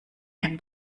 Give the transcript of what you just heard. ein